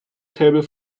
table